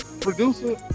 producer